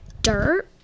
dirt